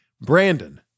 Brandon